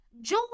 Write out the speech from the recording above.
joy